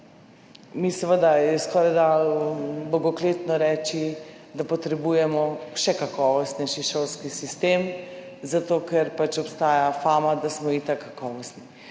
je seveda skorajda bogokletno reči, da potrebujemo še kakovostnejši šolski sistem, zato ker pač obstaja fama, da smo itak kakovostni